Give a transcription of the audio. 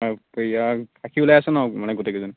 okay আৰু গাখীৰ ওলাই আছে ন মানে গোটেইকেইজনীৰ